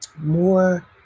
more